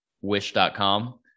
wish.com